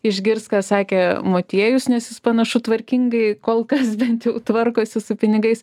išgirs ką sakė motiejus nes jis panašu tvarkingai kol kas bent jau tvarkosi su pinigais